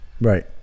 right